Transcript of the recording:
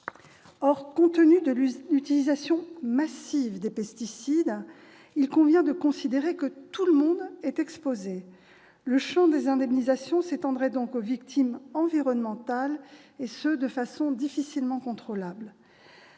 Or, compte tenu de l'utilisation massive des pesticides, il convient de considérer que tout le monde est exposé : le champ des indemnisations s'étendrait aux victimes environnementales, et ce de façon difficilement contrôlable.